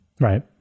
Right